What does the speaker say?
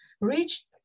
reached